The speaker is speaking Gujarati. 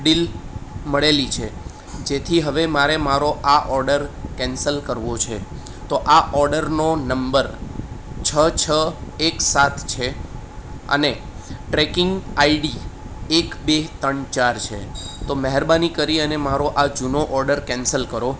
ડીલ મળેલી છે જેથી હવે મારે મારો આ ઓડર કેન્સલ કરવો છે તો આ ઓર્ડરનો નંબર છ છ એક સાત છે અને ટ્રેકિંગ આઈડી એક બે ત્રણ ચાર છે તો મહેરબાની કરી અને મારો આ જૂનો ઓડર કેન્સલ કરો